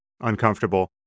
uncomfortable